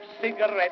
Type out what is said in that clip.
cigarettes